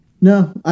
No